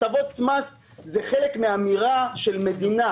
הטבות מס הן חלק מן האמירה של מדינה,